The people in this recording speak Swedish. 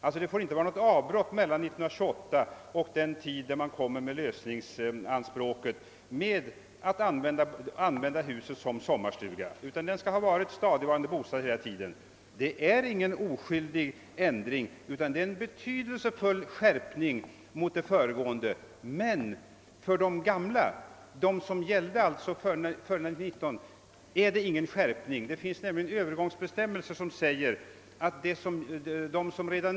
Det får alltså inte vara något avbrott mellan 1928 och den tid då man framställer lösningsanspråk. Huset får inte ha använts som sommarstuga utan det skall hela tiden ha utgjort stadigvarande bostad. Detta är ingen oskyldig ändring utan det är en betydelsefull skärpning. För dem som har lösningsrätt enligt den äldre lydelsen av paragrafen blir det emellertid ingen skärpning; det finns övergångsbestämmelser som skyddar dem.